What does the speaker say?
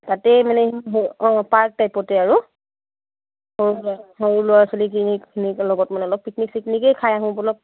তাতেই মানে অঁ পাৰ্ক টাইপতে আৰু সৰু ল'ৰা সৰু ল'ৰা ছোৱালীখিনি খিনিক লগত মানে অলপ পিকনিক চিকনিকেই খাই আহোঁ ব'লক